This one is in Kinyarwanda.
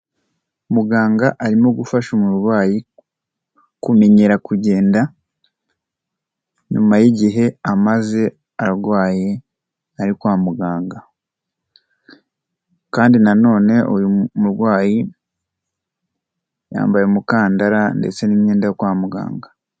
Muganga arimo gufasha umurwayi kumenyera kugenda nyuma y'igihe a kwa muganga. Kandi na none uyu murwayi yambaye umukandara ndetse n'imyenda yo kwa muganga.